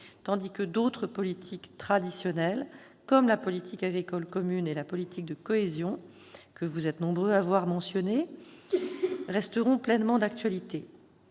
tandis que d'autres politiques plus traditionnelles, comme la politique agricole commune et la politique de cohésion, que vous êtes nombreux à avoir mentionnées, resteront pleinement d'actualité.